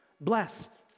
Blessed